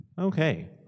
Okay